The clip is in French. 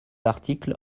article